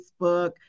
Facebook